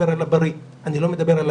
אני מדבר על הברי,